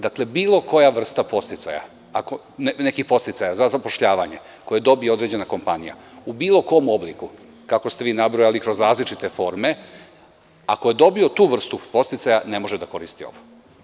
Dakle, bilo koja vrsta nekih podsticaja za zapošljavanje koje dobije određena kompanija, u bilo kom obliku kako ste vi nabrojali kroz različite forme, ako je dobio tu vrstu podsticaja, ne može da koristi ovu.